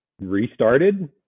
restarted